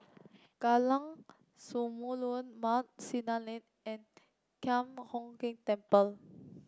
Jalan Samulun Mount Sinai Lane and Thian Hock Keng Temple